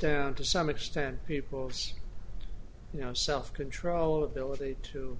down to some extent people's you know self control ability to